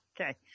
Okay